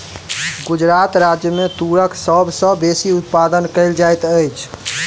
गुजरात राज्य मे तूरक सभ सॅ बेसी उत्पादन कयल जाइत अछि